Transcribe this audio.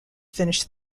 finish